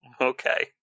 Okay